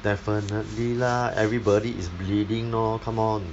definitely lah everybody is bleeding lor come on